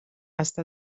està